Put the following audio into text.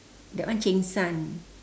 that one cheng-san